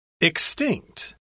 Extinct